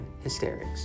hysterics